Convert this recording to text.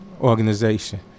organization